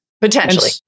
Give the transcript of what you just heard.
Potentially